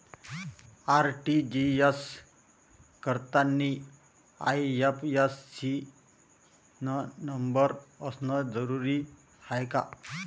RTGS करतांनी IFSC न number असनं जरुरीच हाय का?